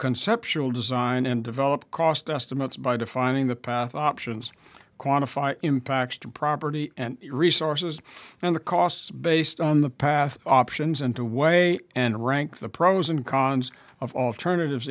conceptual design and develop cost estimates by defining the path options quantify impacts to property and resources and the costs based on the path options and to weigh and rank the pros and cons of alternatives